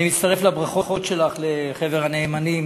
אני מצטרף לברכות שלך לחבר הנאמנים